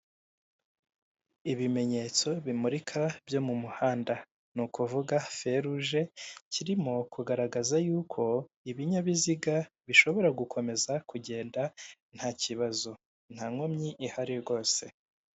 Ibimenyetso bimurika byo mu muhanda ni ukuvuga feruje kirimo kugaragaza yuko ibinyabiziga bishobora gukomeza kugenda ntakibazo ntankomyi ihari rwose.